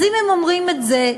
אם הם אומרים את זה,